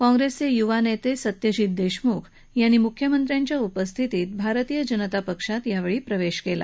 काँप्रेसचे युवा नेते सत्यजित देशमुख यांनी मुख्यमंत्र्यांच्या उपस्थितीत भारतीय जनता पक्षात प्रवेश केला